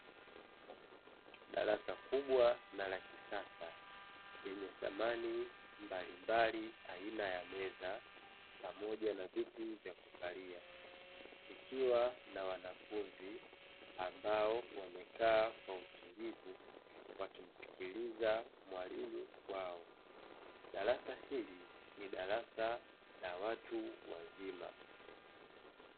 Darasa kubwa na la kisasa lenye samani mbalimbali aina ya meza pamoja na viti vya kukalia likiwa na wanafunzi ambao wamekaa kwa utulivu wakimsikiliza mwalimu wao, darasa hili ni darasa la watu wazima.